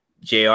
JR